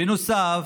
בנוסף,